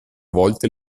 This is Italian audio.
volte